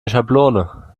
schablone